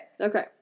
Okay